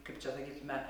kaip čia sakytume